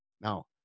Now